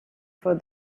for